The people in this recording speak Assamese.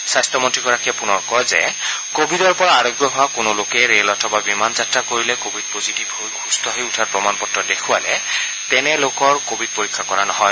স্বাস্থ্যমন্ত্ৰীগৰাকীয়ে পূনৰ কয় যে কোৱিডৰ পৰা আৰোগ্য হোৱা কোনো লোকে ৰেল অথবা বিমান যাত্ৰা কৰিলে কোৱিড পজিটিভ হৈ সুস্থ হৈ উঠাৰ প্ৰমাণ পত্ৰ দেখুৱালে তেনে লোকৰ কোৱিড পৰীক্ষা কৰা নহয়